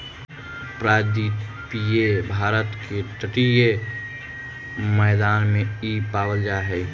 प्रायद्वीपीय भारत के तटीय मैदान में इ पावल जा हई